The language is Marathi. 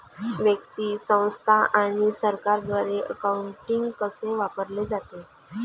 व्यक्ती, संस्था आणि सरकारद्वारे अकाउंटिंग कसे वापरले जाते